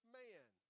man